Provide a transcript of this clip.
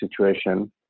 situation